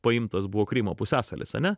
paimtas buvo krymo pusiasalis ane